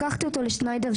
לקחתי אותו לשניידר,